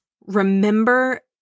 remember